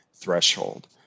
threshold